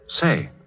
Say